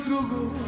Google